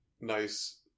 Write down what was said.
nice